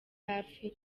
hafi